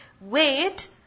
wait